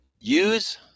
use